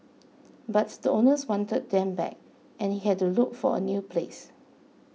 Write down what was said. but the owners wanted them back and he had to look for a new place